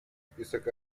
список